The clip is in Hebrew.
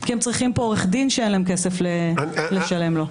כי הם צריכים פה עורך דין שאין להם כסף לשלם לו.